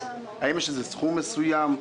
האם יש סכום מסוים?